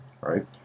right